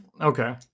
Okay